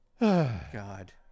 God